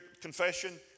confession